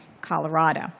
Colorado